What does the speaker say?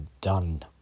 done